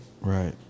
Right